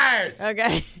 okay